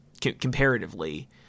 Comparatively